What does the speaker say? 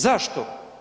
Zašto?